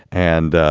and